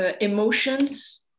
emotions